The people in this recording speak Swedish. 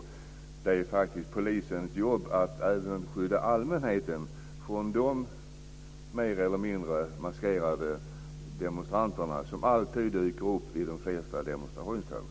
Det är faktiskt polisens jobb att även skydda allmänheten från de mer eller mindre maskerade demonstranter som dyker upp vid de flesta demonstrationståg.